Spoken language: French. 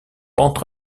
pente